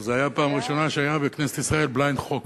זה היה פעם ראשונה שהיה בכנסת ישראל blind חוק,